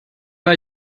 war